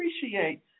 appreciate